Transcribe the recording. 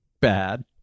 Bad